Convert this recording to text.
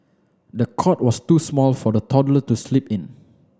the cot was too small for the toddler to sleep in